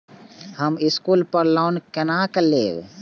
हम स्कूल पर लोन केना लैब?